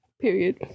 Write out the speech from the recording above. Period